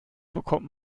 bekommt